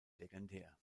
legendär